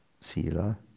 sila